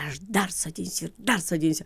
aš dar sodinsiu dar sodinsiu